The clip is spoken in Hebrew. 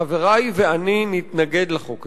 חברי ואני נתנגד לחוק הזה.